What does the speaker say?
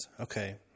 Okay